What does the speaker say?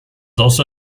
also